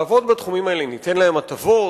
לעבוד בתחומים האלה, ניתן להם הטבות,